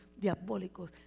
diabólicos